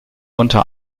unter